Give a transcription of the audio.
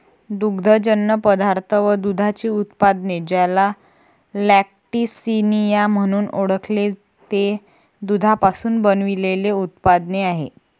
दुग्धजन्य पदार्थ व दुधाची उत्पादने, ज्याला लॅक्टिसिनिया म्हणून ओळखते, ते दुधापासून बनविलेले उत्पादने आहेत